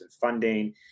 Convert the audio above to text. funding